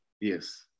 yes